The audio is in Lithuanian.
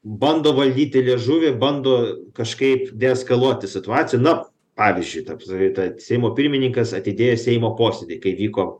bando valdyti liežuvį bando kažkaip deeskaluoti situaciją na pavyzdžiui tarps į tą seimo pirmininkas atidėjo seimo posėdį kai vyko